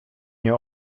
nie